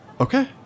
Okay